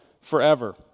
forever